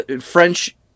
French